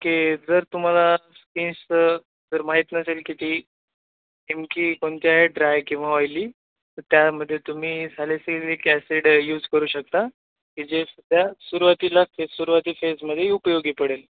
okay जर तुम्हाला स्कीन्चं जर माहीत नसेल की ती नेमकी कोणती आहे ड्राय किंवा ऑईली तर त्यामध्ये तुम्ही सॅलेसिलिक ॲसिड यूज करू शकता की जे त्या सुरवातीला फे सुरुवाती फेसमध्ये उपयोगी पडेल